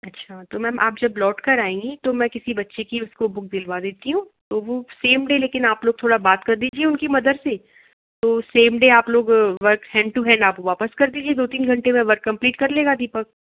अच्छा तो मैम आप जब लौट कर आएँगी तो मैं किसी बच्चे की उसको बुक दिलवा देती हूँ तो वो सेम डे लेकिन आप लोग थोड़ा बात कर दीजिए उनकी मदर से तो सेम डे आप लोग वर्क हैण्ड ट्व हैण्ड आप वापस कर दीजिए दो तीन घंटे में वर्क कम्पलीट कर लेगा दीपक